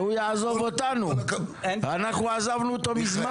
שהוא יעזוב אותנו, אנחנו עזבנו אותו מזמן.